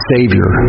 Savior